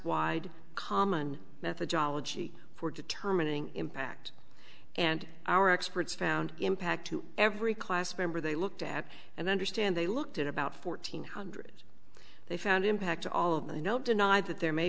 wide common methodology for determining impact and our experts found impact to every class member they looked at and understand they looked at about fourteen hundred they found impact all of the you know deny that there may